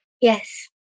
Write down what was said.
Yes